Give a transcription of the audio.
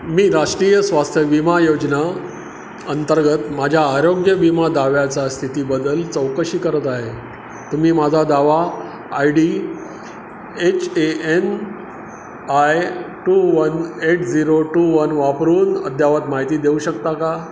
मी राष्ट्रीय स्वास्थ विमा योजना अंतर्गत माझ्या आरोग्य विमा दाव्याचा स्थितीबदल चौकशी करत आहे तुम्ही माझा दावा I D H A N I two one eight zero two one वापरून अद्ययावत माहिती देऊ शकता का